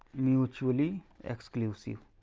mutually exclusive.